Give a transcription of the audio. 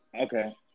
okay